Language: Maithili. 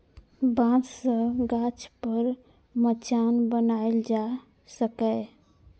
बांस सं गाछ पर मचान बनाएल जा सकैए